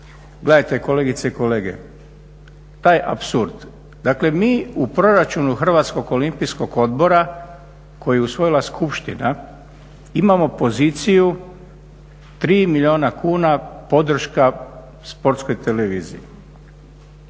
Gledajte kolegice i kolege, taj apsurd. Dakle mi u proračunu Hrvatskog olimpijskog odbora koji je usvojila Skupština imamo poziciju tri milijuna kuna podrška Sportskoj televiziji,